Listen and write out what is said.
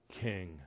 King